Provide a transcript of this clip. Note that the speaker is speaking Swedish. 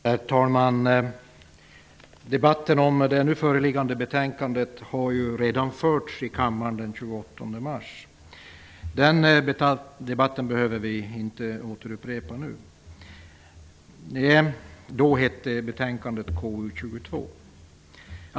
Herr talman! Debatten om det nu föreliggande betänkandet har redan förts i kammaren den 28 mars. Den debatten behöver vi inte återupprepa nu. Då hette betänkandet KU22.